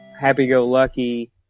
happy-go-lucky